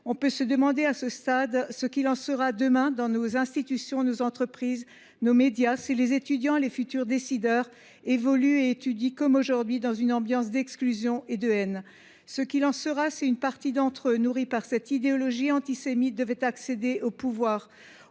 on peut se demander ce qu’il en sera demain dans nos institutions, nos entreprises et nos médias si les étudiants et les futurs décideurs évoluent et étudient, comme aujourd’hui, dans une ambiance d’exclusion et de haine. Qu’en sera t il si une partie d’entre eux, nourris par cette idéologie antisémite, devaient accéder au pouvoir